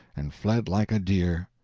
and fled like a deer.